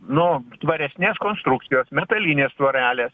nu tvaresnės konstrukcijos metalinės tvorelės